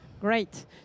Great